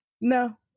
No